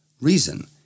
Reason